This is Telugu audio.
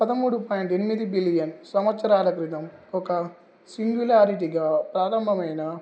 పదమూడు పాయింట్ ఎనిమిది బిలియన్ సంవత్సరాల క్రితం ఒక సింగ్యులారిటీగా ప్రారంభమైన